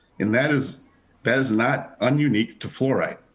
and that is that is not ununique to fluoride.